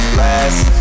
last